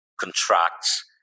contracts